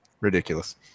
Ridiculous